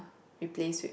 replace with